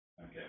okay